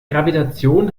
gravitation